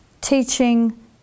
teaching